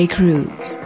Cruz